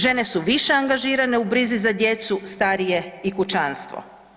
Žene su više angažirane u brizi za djecu, starije i kućanstvo.